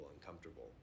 uncomfortable